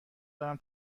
دارم